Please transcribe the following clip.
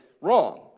wrong